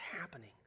happening